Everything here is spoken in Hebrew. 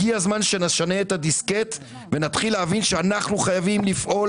הגיע הזמן שנשנה את הדיסקט ונתחיל להבין שאנחנו חייבים לפעול